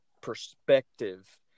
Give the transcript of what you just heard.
perspective